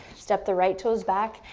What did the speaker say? step the right toes back,